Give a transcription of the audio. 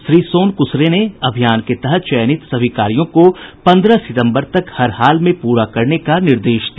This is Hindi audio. श्री सोन कुसरे ने अभियान के तहत चयनित सभी कार्यो को पंद्रह सितम्बर तक हर हाल में पूरा करने का निर्देश दिया